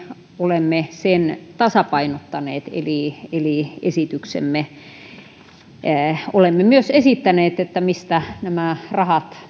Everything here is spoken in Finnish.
olemme sen tasapainottaneet eli eli esityksessämme olemme myös esittäneet mistä rahat